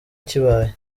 kibaye